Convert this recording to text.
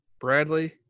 bradley